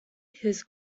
his